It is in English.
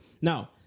Now